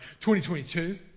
2022